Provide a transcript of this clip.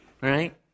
right